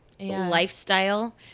lifestyle